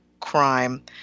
crime